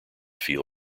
feel